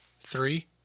three